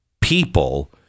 people